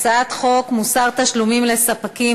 הצעת חוק מוסר תשלומים לספקים,